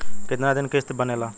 कितना दिन किस्त बनेला?